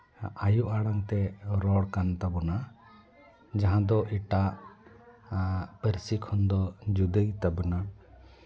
ᱟᱭᱳ ᱟᱲᱟᱝ ᱛᱮ ᱨᱚᱲ ᱠᱟᱱ ᱛᱟᱵᱚᱱᱟ ᱡᱟᱦᱟᱸ ᱫᱚ ᱮᱴᱟᱜ ᱯᱟᱹᱨᱥᱤ ᱠᱷᱚᱱ ᱫᱚ ᱡᱩᱫᱟᱹ ᱜᱮᱛᱟᱵᱚᱱᱟ